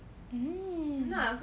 mm